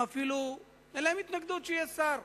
אין להם התנגדות שיהיה שר,